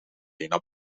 naar